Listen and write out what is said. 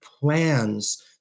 plans